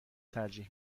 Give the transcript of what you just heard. ترجیح